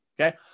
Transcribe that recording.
okay